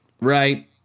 right